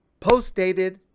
Postdated